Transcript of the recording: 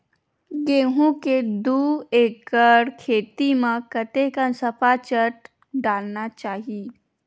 गेहूं के दू एकड़ खेती म कतेकन सफाचट डालना चाहि?